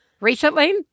recently